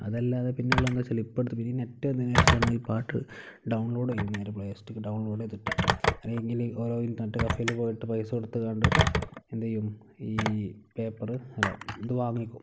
അല്ലാെതെ പിന്നെ ഉള്ളതെന്നു വച്ചാൽ ഇപ്പം അടുത്ത് പിന്നെ ഈ നെറ്റ് വന്നതിന് ശേഷമാണ് ഈ പാട്ട് ഡൗൺലോഡ് ചെയ്യും നേരെ പ്ലേലിസ്റ്റ ഡൗൺലോഡ് ചെയ്തിട്ട് അല്ലെങ്കിൽ ഓരോ ഇൻറർനെറ്റ് കഫേയിൽ പോയിട്ട് പൈസ കൊടുത്തൊക്കെ എന്ത് ചെയ്യും ഈ പേപ്പറ് അല്ല ഇത് വാങ്ങിക്കും